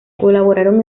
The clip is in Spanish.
colaboraron